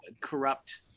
corrupt